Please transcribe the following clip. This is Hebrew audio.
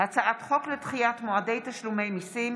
הצעת חוק לדחיית מועדי תשלומי מיסים